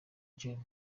gen